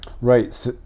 right